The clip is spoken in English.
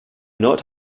not